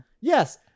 yes